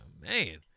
Man